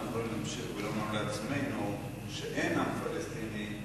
אנחנו יכולים להמשיך ולומר לעצמנו שאין עם פלסטיני,